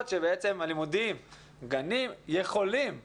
כאשר בעצם גני הילדים יכולים לפתוח,